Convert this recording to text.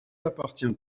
appartient